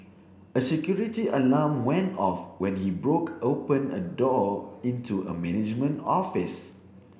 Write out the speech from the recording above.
a security alarm went off when he broke open a door into a management office